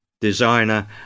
designer